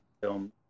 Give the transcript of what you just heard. film